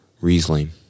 Riesling